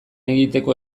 egiteko